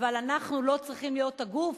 אבל אנחנו לא צריכים להיות הגוף